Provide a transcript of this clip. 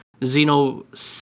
Xeno